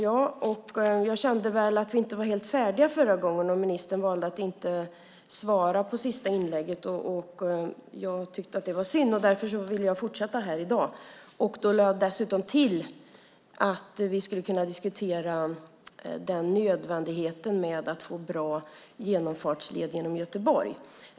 Jag kände att vi inte var helt färdiga förra gången, då ministern valde att inte svara på det sista inlägget. Jag tyckte att det var synd, och därför ville jag fortsätta här i dag. Då lade jag dessutom till att vi skulle kunna diskutera nödvändigheten av att få en bra genomfartsled genom Göteborg.